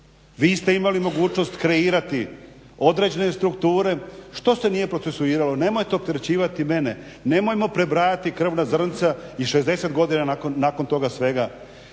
Vi ste imali mogućnost kreirati određene strukture. Što se nije procesuiralo? Nemojte opterećivati mene, nemojmo prebrajati krvna zrnca i 60 godina nakon toga svega.